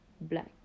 black